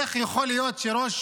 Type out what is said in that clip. איך יכול להיות שראש